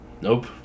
nope